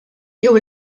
jew